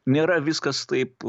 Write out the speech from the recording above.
nėra viskas taip